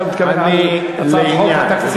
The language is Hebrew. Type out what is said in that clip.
אתה מתכוון להעלות את הצעת חוק התקציב?